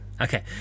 Okay